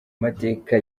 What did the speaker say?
mateka